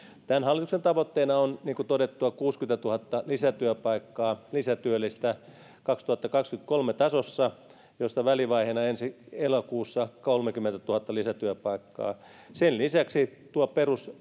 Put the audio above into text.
tämän hallituksen tavoitteena on niin kuin todettua kuusikymmentätuhatta lisätyöpaikkaa lisätyöllistä vuoden kaksituhattakaksikymmentäkolme tasossa mistä välivaiheena ensi elokuussa kolmekymmentätuhatta lisätyöpaikkaa sen lisäksi tuo